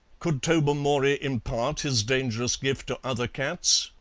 could tobermory impart his dangerous gift to other cats?